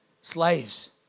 slaves